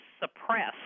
suppress